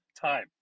time